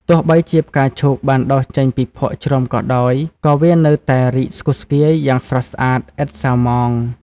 ទោះបីជាផ្កាឈូកបានដុះចេញពីភក់ជ្រាំក៏ដោយ ក៏វានៅតែរីកស្គុះស្គាយយ៉ាងស្រស់ស្អាតឥតសៅហ្មង។